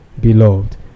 Beloved